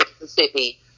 Mississippi